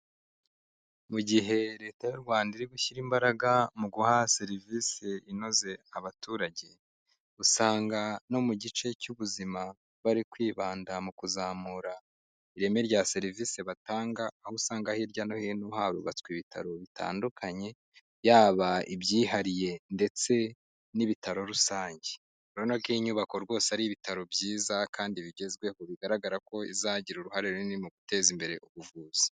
Mu gihe leta y'u Rwanda iri gushyira imbaraga mu guha serivisi inoze abaturage, usanga no mu gice cy'ubuzima bari kwibanda mu kuzamura ireme rya serivisi batanga, aho usanga hirya no hino harubatswe ibitaro bitandukanye, yaba ibyihariye ndetse n'ibitaro rusange. Urabona ko iyi nyubako rwose ari ibitaro byiza kandi bigezweho, bigaragara ko izagira uruhare runini mu guteza imbere ubuvuzi.